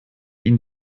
ihn